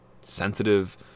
sensitive